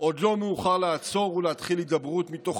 עוד לא מאוחר לעצור ולהתחיל הידברות מתוך